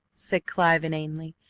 said clive inanely,